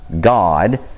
God